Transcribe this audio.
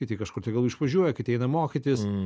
kiti kažkur tai gal išvažiuoja kiti eina mokytis